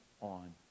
on